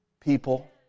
people